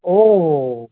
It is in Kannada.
ಓಹೋ